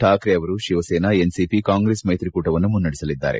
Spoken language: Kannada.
ಠಾಕ್ರೆ ಅವರು ಶಿವಸೇನಾ ಎನ್ಸಿಪಿ ಕಾಂಗ್ರೆಸ್ ಮೈತ್ರಿಕೂಟವನ್ನು ಮುನ್ನಡೆಸಲಿದ್ದಾರೆ